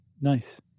Nice